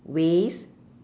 ways